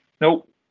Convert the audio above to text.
nope